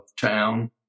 town